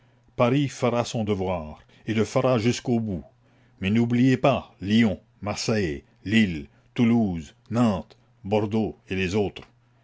paris fera son devoir et le fera jusqu'au bout mais n'oubliez pas lyon marseille lille toulouse nantes bordeaux et les autres